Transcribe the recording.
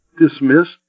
dismissed